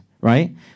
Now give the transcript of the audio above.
right